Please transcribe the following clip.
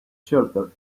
shelter